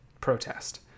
protest